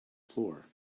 floor